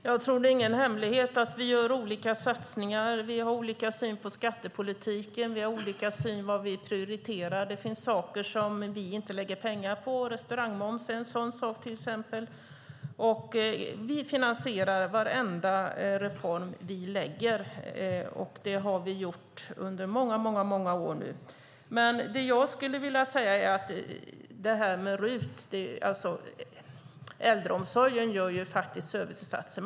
Herr talman! Det är ingen hemlighet att vi gör olika satsningar. Vi har olika syn på skattepolitiken och på vad vi prioriterar. Det finns saker som vi inte lägger pengar på. Att sänka restaurangmoms är till exempel en sådan sak. Vi finansierar varenda reform vi lägger fram förslag om. Det har vi gjort nu under många år. Äldreomsorgen gör serviceinsatser.